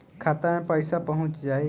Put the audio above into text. खाता मे पईसा पहुंच जाई